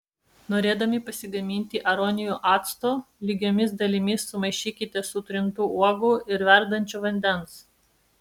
norėdami pasigaminti aronijų acto lygiomis dalimis sumaišykite sutrintų uogų ir verdančio vandens